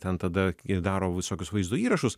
ten tada ir daro visokius vaizdo įrašus